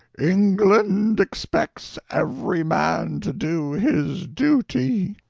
england expects every man to do his duty!